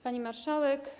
Pani Marszałek!